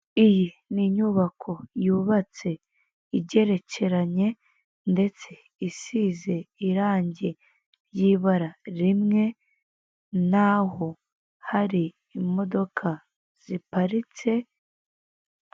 Iyi ni inyubako yubatse igerekeranye ndetse isize irange ry'ibara rimwe naho hari imodoka ziparitse.